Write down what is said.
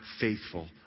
faithful